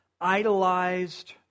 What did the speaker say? idolized